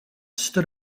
stood